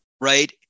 right